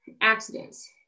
accidents